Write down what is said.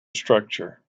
structure